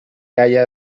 haya